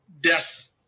death